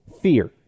Fear